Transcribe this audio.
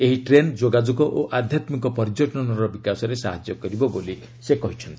ଏହି ଟ୍ରେନ୍ ଯୋଗାଯୋଗ ଓ ଆଧ୍ୟାତ୍ଲିକ ପର୍ଯ୍ୟଟନର ବିକାଶରେ ସାହାଯ୍ୟ କରିବ ବୋଲି ସେ କହିଚ୍ଚନ୍ତି